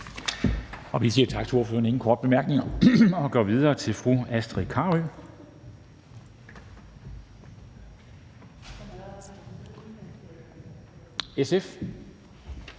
Vi siger tak til ordføreren. Der er ingen korte bemærkninger, og vi går videre til fru Astrid Carøe, SF.